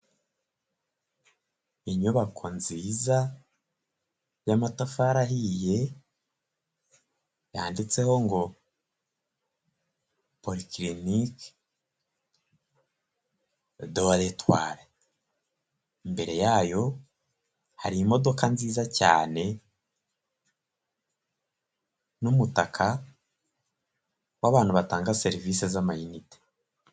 Inyubako nziza, y'amatafari ahiye, yanditseho ngo Polyclinique de l'Etoile, imbere yayo hari imodoka nziza cyane, n'umutaka, w'abantu batanga serivisi z'amayinite.